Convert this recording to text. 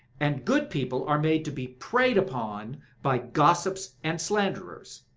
and good people are made to be preyed upon by gossips and slanderers.